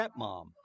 stepmom